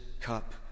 cup